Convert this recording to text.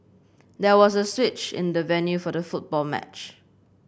there was a switch in the venue for the football match